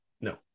No